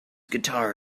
guitar